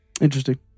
Interesting